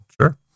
Sure